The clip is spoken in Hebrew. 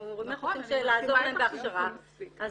אנחנו חושבים שלעזור להם בהכשרה,